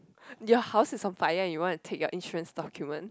your house is on fire and you want to take your insurance document